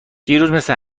دیروز، مثل